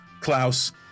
Klaus